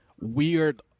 weird